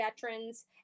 veterans